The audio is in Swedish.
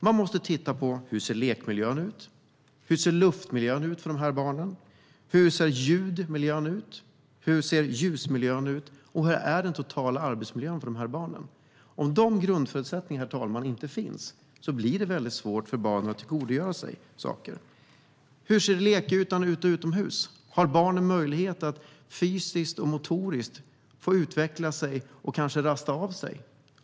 Man måste titta på hur lekmiljön, luftmiljön, ljudmiljön och ljusmiljön ser ut och hur den totala arbetsmiljön är för barnen. Om de grundförutsättningarna inte finns blir det svårt för barnen att tillgodogöra sig saker. Hur ser lekytan utomhus ut? Har barnen möjlighet att utvecklas fysiskt och motoriskt och kanske rasa av sig?